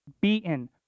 beaten